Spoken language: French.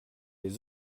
les